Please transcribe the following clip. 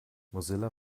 mozilla